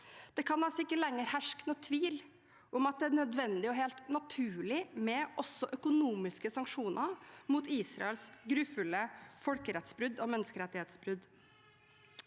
Det kan altså ikke lenger herske noen tvil om at det er nødvendig og helt naturlig også med økonomiske sanksjoner mot Is raels grufulle folkerettsbrudd og menneskerettighetsbrudd.